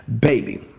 baby